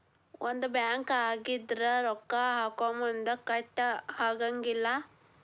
ಒಂದ ಬ್ಯಾಂಕ್ ಆಗಿದ್ರ ರೊಕ್ಕಾ ಹಾಕೊಮುನ್ದಾ ಕಟ್ ಆಗಂಗಿಲ್ಲಾ